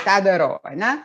tą darau ane